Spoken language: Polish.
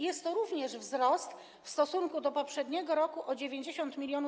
Jest to również wzrost w stosunku do poprzedniego roku, o 90 mln.